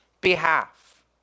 behalf